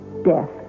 Death